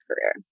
career